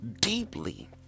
deeply